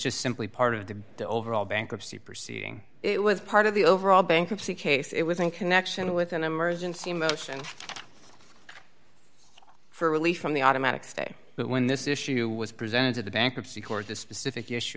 just simply part of the overall bankruptcy proceeding it was part of the overall bankruptcy case it was in connection with an emergency motion for relief from the automatic stay but when this issue was presented to the bankruptcy court the specific issue